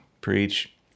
Preach